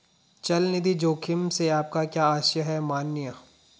चल निधि जोखिम से आपका क्या आशय है, माननीय?